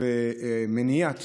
ומניעת